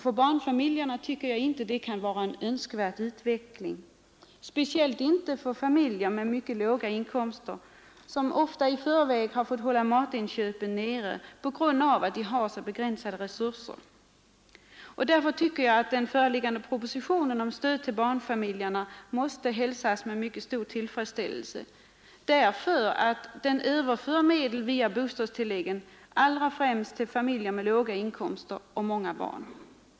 För barnfamiljerna kan det inte vara en önskvärd utveckling, speciellt inte för familjer med mycket låga inkomster som ofta redan tidigare har fått hålla matinköpen nere på grund av att de har begränsade resurser. Den föreliggande propositionen om stöd till barnfamiljerna måste därför hälsas med mycket stor tillfredsställelse; den överför medel via bostadstilläggen, främst till familjer med låga inkomster och många barn.